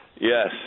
Yes